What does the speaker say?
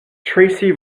tracey